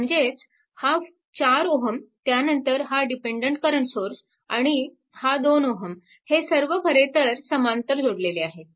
म्हणजेच हा 4Ω त्यानंतर हा डिपेन्डन्ट करंट सोर्सआणि हा 2Ω हे सर्व खरेतर समांतर जोडलेले आहे